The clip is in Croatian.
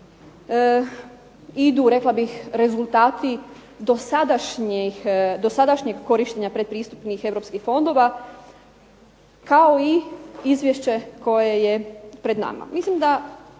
idu rekla bih rezultati dosadašnjeg korištenja predpristupnih europskih fondova kao i izvješće koje je pred nama. Mislim da,